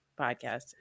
podcast